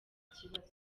kibazo